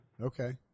okay